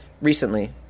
recently